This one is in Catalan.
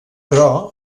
però